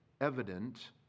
evident